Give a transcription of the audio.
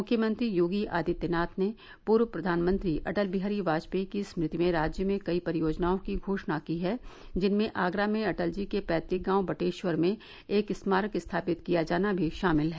मुख्यमंत्री योगी आदित्यनाथ ने पूर्व प्रधानमंत्री अटल बिहारी वाजपेयी की स्मृति में राज्य में कई परियोजनाओं की घोषणा की है जिनमें आगरा में अटल जी के पैतुक गांव बटेश्वर में एक स्मारक स्थापित किया जाना भी शामिल है